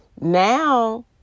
now